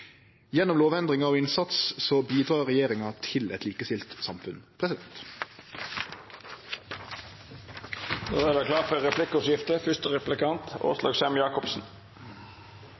Gjennom lovendringar og innsats bidreg regjeringa til eit likestilt samfunn.